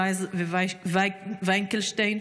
רייז ווינקלשטיין.